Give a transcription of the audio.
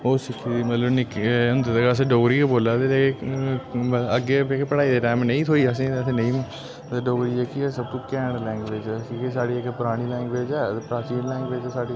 ओह् सिक्खी दी मतलब निक्के गै होंदे दे असें डोगरी गे बोले दे ते अग्गें जेह्की पढ़ाई दे टैम नेईं थ्होई असेंगी ते डोगरी जेह्की ऐ सब्तू कैंट लैंगुएज ऐ कि के स्हाड़ी इक परानी लैंगुएज ऐ प्राचीन लैंगुएज ऐ स्हाड़ी